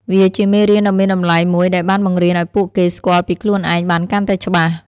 វាជាមេរៀនដ៏មានតម្លៃមួយដែលបានបង្រៀនឱ្យពួកគេស្គាល់ពីខ្លួនឯងបានកាន់តែច្បាស់។